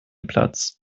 platz